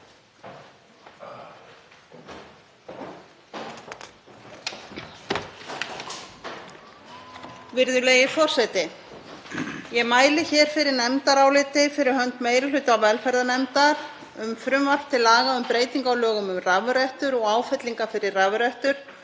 Virðulegi forseti. Ég mæli fyrir nefndaráliti fyrir hönd meiri hluta velferðarnefndar um frumvarp til laga um breytingu á lögum um rafrettur og áfyllingar fyrir rafrettur,